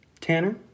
Tanner